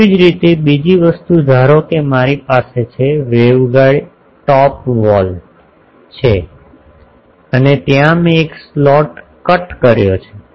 તેવી જ રીતે બીજી વસ્તુ ધારો કે મારી પાસે છે વેવગાઇડ ટોપ વોલ છે અને ત્યાં મેં એક સ્લોટ કટ કર્યો છે